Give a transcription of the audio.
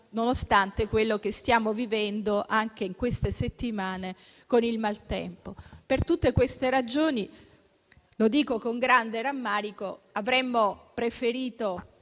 nonostante quello che stiamo vivendo anche in queste settimane con il maltempo. Per tutte queste ragioni - lo dico con grande rammarico - avremmo preferito